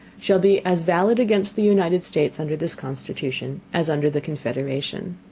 shall be as valid against the united states under this constitution, as under the confederation.